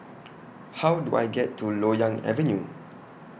How Do I get to Loyang Avenue